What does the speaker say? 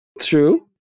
true